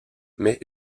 mais